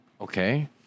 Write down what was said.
Okay